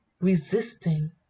resisting